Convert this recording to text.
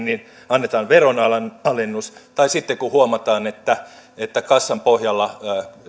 niin annetaan veronalennus tai sitten kun huomataan että että kassanpohjalla